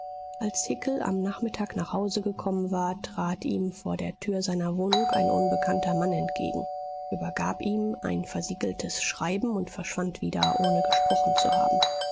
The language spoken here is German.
als hickel am nachmittag nach hause gekommen war trat ihm vor der tür seiner wohnung ein unbekannter mann entgegen übergab ihm ein versiegeltes schreiben und verschwand wieder ohne gesprochen zu haben